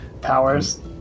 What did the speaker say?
powers